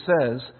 says